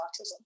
autism